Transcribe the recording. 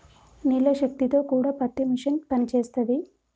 నీళ్ల శక్తి తో కూడా పత్తి మిషన్ పనిచేస్తది